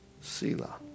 Selah